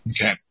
Okay